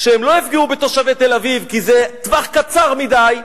שלא יפגעו בתושבי תל-אביב, כי זה טווח קצר מדי.